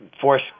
force